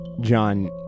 John